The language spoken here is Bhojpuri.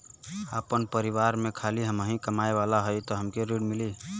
आपन परिवार में खाली हमहीं कमाये वाला हई तह हमके ऋण मिली?